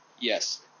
Yes